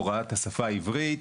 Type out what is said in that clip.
הוראת השפה העברית,